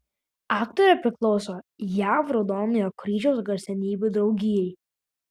aktorė priklauso jav raudonojo kryžiaus garsenybių draugijai